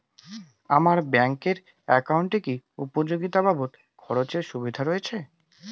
আমার ব্যাংক এর একাউন্টে কি উপযোগিতা বাবদ খরচের সুবিধা রয়েছে?